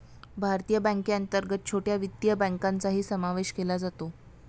भारतीय बँकेअंतर्गत छोट्या वित्तीय बँकांचाही समावेश केला जातो